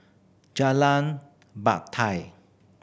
Jalan Batai